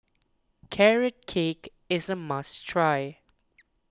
Carrot Cake is a must try